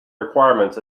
requirements